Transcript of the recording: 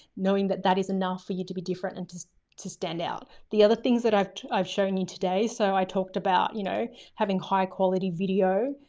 knowing that that is enough for you to be different and to to stand out. the other things that i've, i've shown you today. so i talked about, you know, having high quality video.